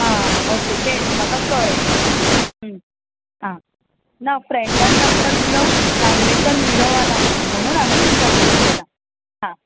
आं ओके तेंच म्हाका कळें आं ना फ्रँडान नंबर दिलो नागवेंकर निरोवाला म्हणून म्हणून हांवें तुमकां फोन केला आं